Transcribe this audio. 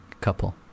couple